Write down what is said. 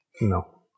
No